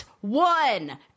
one